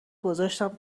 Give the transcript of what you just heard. گذاشتم